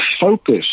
focus